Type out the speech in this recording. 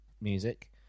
music